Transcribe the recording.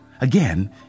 Again